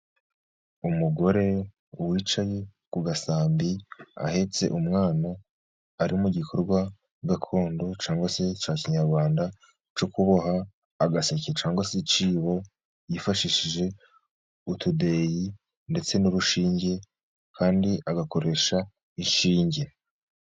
Umugore wicaye ku gasambi ahetse umwana, ari mu gikorwa gakondo cyangwa se cya kinyarwanda, cyo kuboha agaseke cyangwa se icyibo, yifashishije utudeyi ndetse n'urushinge kandi agakoresha inshinge.